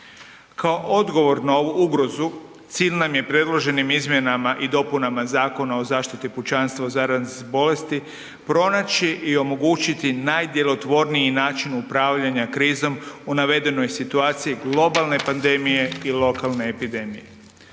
Kao odgovor na ovu ugrozu cilj nam je predloženim izmjenama i dopunama Zakona o zaštiti pučanstva od zaraznih bolesti pronaći i omogućiti najdjelotvorniji način upravljanja krizom u navedenoj situaciji globalne pandemije i lokalne epidemije.